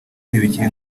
ntibikiri